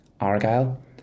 Argyle